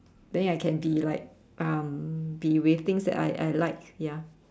then I can be like um be with things I I like ya